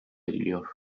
ediliyor